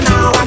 Now